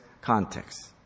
Context